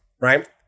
right